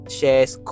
shares